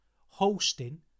hosting